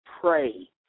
pray